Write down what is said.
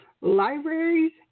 libraries